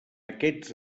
aquests